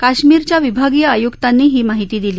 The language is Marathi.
कश्मीरच्या विभागीय आय्क्तांनी ही माहिती दिली